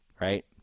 right